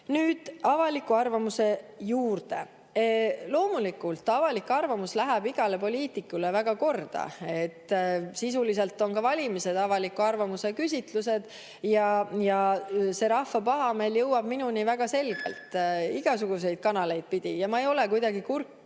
Nüüd avaliku arvamuse juurde. Loomulikult, avalik arvamus läheb igale poliitikule väga korda. Sisuliselt on ka valimised avaliku arvamuse küsitlused. Rahva pahameel jõuab minuni väga selgelt igasuguseid kanaleid pidi. Ma ei ole kuidagi kurt